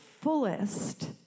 fullest